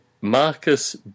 Marcus